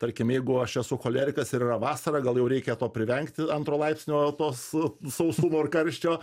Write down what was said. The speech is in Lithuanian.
tarkim jeigu aš esu cholerikas ir yra vasara gal jau reikia to privengti antro laipsnio tos sausumo ir karščio